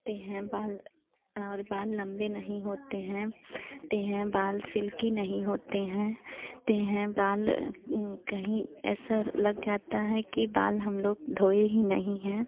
ते हैं बाल और बाल लम्बे नहीं होते हैं ते हैं बाल सिल्की नहीं होते हैं ते हैं बाल कहीं ऐसा लग जाता है कि बाल हमलोग धोए ही नहीं हैं